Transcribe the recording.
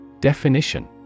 Definition